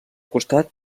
costat